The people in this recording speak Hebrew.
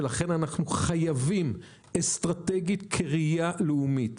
לכן אנחנו חייבים מבחינה אסטרטגית כראייה לאומית,